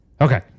Okay